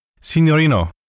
Signorino